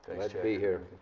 to be here.